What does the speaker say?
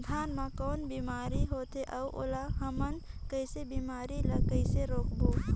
धान मा कौन बीमारी होथे अउ ओला हमन कइसे बीमारी ला कइसे रोकबो?